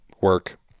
work